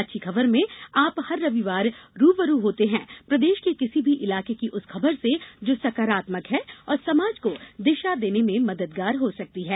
अच्छी खबर में आप हर रविवार रूबरू होते हैं प्रदेश के किसी भी इलाके की उस खबर से जो सकारात्मक है और समाज को दिशा देने में मददगार हो सकती है